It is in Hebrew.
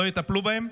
לא יטפלו בהם,